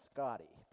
Scotty